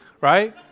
right